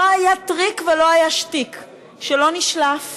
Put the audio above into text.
לא היה טריק ולא היה שטיק שלא נשלף